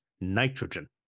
nitrogen